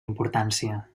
importància